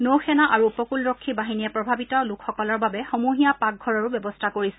নৌসেনা আৰু উপকুলৰক্ষী বাহিনীয়ে প্ৰভাৱিত লোকসকলৰ বাবে সমূহীয়া পাকঘৰৰো ব্যৱস্থা কৰিছে